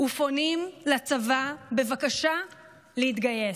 ופונים לצבא בבקשה להתגייס.